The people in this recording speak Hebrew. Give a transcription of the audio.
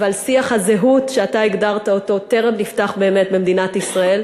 אבל שיח הזהות שאתה הגדרת אותו טרם נפתח באמת במדינת ישראל.